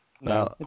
no